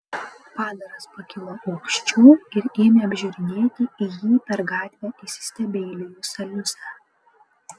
padaras pakilo aukščiau ir ėmė apžiūrinėti į jį per gatvę įsistebeilijusią liusę